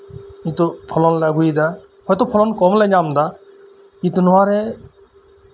ᱱᱤᱛᱳᱜ ᱯᱷᱚᱞᱚᱱ ᱞᱮ ᱟᱹᱜᱩᱭᱮᱫᱟ ᱦᱚᱭᱛᱳ ᱯᱷᱚᱞᱚᱱ ᱠᱚᱢ ᱞᱮ ᱧᱟᱢ ᱮᱫᱟ ᱠᱤᱱᱛᱩ ᱱᱚᱶᱟᱨᱮ